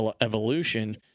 evolution